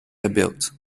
verbirgt